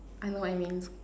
I know what you mean